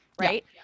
Right